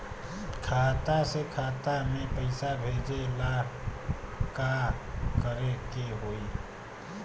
खाता से खाता मे पैसा भेजे ला का करे के होई?